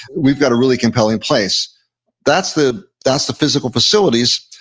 we've got a really compelling place that's the that's the physical facilities.